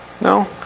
no